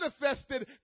manifested